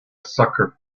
sucker